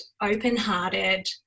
open-hearted